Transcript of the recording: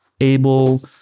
able